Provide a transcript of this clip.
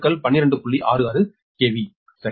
𝟔𝟔 𝑲V சரி